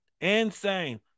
Insane